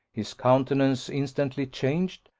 his countenance instantly changed,